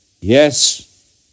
Yes